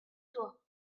toi